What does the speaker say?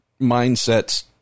mindsets